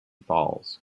falls